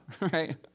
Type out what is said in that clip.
right